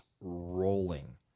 rolling